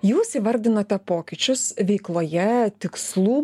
jūs įvardinote pokyčius veikloje tikslų